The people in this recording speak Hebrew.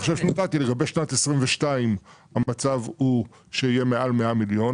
בשנת 2022 יהיה רווח של מעל 100 מיליון.